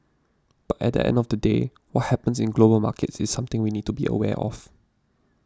but at the end of the day what happens in global markets is something we need to be aware of